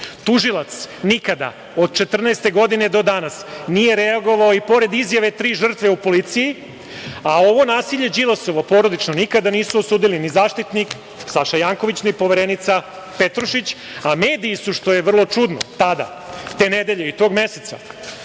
Tužilac nikada od 2014. godine do danas nije reagovao, i pored izjave tri žrtve u policiji, a ovo porodično nasilje Đilasovo nikada nisu osudili ni Zaštitnik, Saša Janković, ni poverenica Petrušić, a mediji su, što je vrlo čudno, tada, te nedelje i tog meseca,